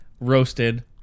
roasted